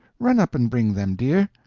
run up and bring them, dear.